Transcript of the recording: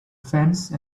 fence